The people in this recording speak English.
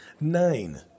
nine